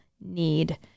need